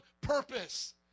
purpose